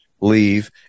leave